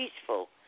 peaceful